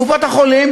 קופות-החולים